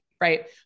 Right